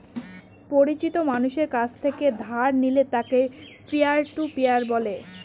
পরিচিত মানষের কাছ থেকে ধার নিলে তাকে পিয়ার টু পিয়ার বলে